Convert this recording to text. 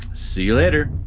see you later!